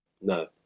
No